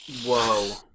Whoa